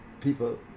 people